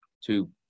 two